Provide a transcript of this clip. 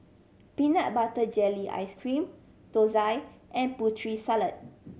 peanut butter jelly ice cream thosai and Putri Salad